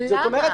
למה?